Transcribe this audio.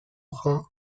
brun